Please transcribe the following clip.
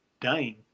dying